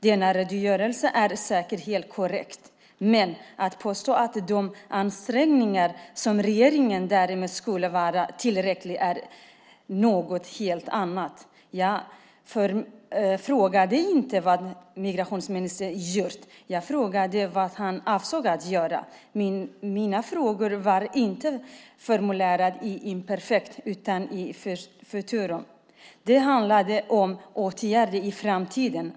Denna redogörelse är säkert helt korrekt, men att påstå att de ansträngningar som regeringen gjort därmed skulle vara tillräckliga är något helt annat. Jag frågade inte vad migrationsministern gjort. Jag frågade vad han avsåg att göra. Mina frågor var inte formulerade i imperfektum utan i futurum. Det handlade om åtgärder i framtiden.